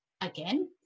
again